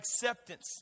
acceptance